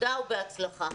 תודה ובהצלחה.